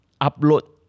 upload